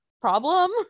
problem